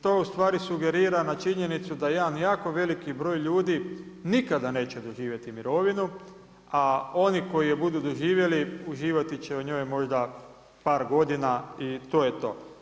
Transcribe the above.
To ustvari sugerira na činjenicu da jedan jako veliki broj ljudi nikada neće doživjeti mirovinu a oni koji ju budu doživjeli uživati će u njoj možda par godina i to je to.